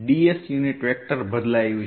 ds unit vector બદલાયું છે